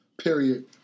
period